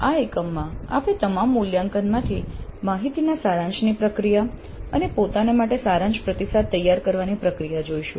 આ એકમમાં આપણે તમામ મૂલ્યાંકનમાંથી માહિતીના સારાંશની પ્રક્રિયા અને પોતાને માટે સારાંશ પ્રતિસાદ તૈયાર કરવાની પ્રક્રિયા જોઈશું